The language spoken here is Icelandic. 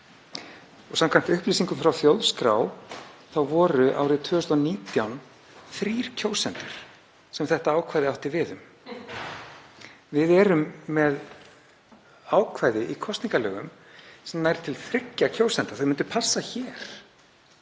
Samkvæmt upplýsingum frá Þjóðskrá voru árið 2019 þrír kjósendur sem þetta ákvæði átti við um. Við erum með ákvæði í kosningalögum sem nær til þriggja kjósenda. Þau myndu passa hér.